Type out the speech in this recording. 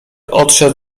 odszedł